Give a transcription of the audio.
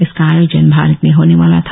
इसका आयोजन भारत में होने वाला था